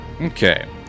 Okay